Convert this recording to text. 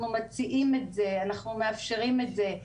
אנחנו מציעים את זה, אנחנו מאפשרים את זה.